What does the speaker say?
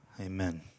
Amen